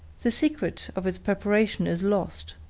the secret of its preparation is lost,